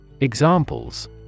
Examples